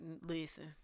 listen